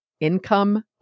income